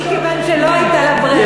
מכיוון שלא הייתה לה ברירה,